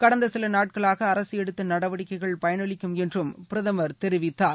கடந்த சில நாட்களாக அரசு எடுத்த நடவடிக்கைகள் பயனளிக்கும் என்றும் பிரதமர் தெரிவித்தார்